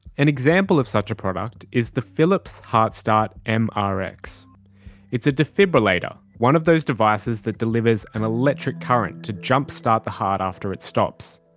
an example of such a product is the philips heartstart ah mrx. it's a defibrillator, one of those devices that delivers an electric current to jumpstart the heart after it stops.